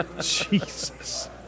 Jesus